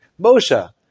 Moshe